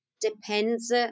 depends